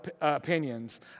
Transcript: opinions